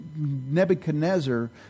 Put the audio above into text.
Nebuchadnezzar